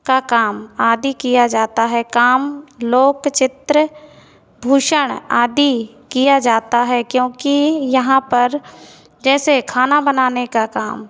का काम आदि किया जाता है काम लोक चित्र भूषण आदि किया जाता है क्योंकि यहाँ पर जैसे खाना बनाने का काम